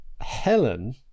Helen